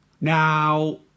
Now